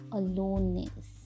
aloneness